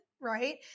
right